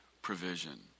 provision